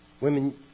Women